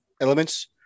elements